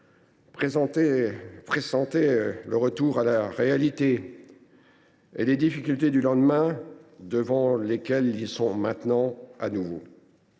pressentaient le retour à la réalité et les difficultés du lendemain devant lesquelles ils sont maintenant.